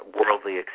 worldly